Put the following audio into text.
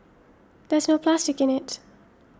there's no plastic in it